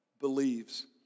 believes